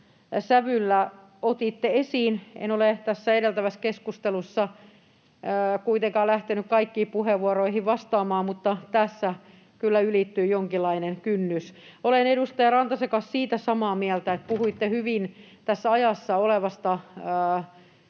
sävyllä otitte esiin. En ole tässä edeltävässä keskustelussa kuitenkaan lähtenyt kaikkiin puheenvuoroihin vastaamaan, mutta tässä kyllä ylittyy jonkinlainen kynnys. Olen edustaja Rantasen kanssa siinä samaa mieltä, kun puhuitte hyvin tässä ajassa olevasta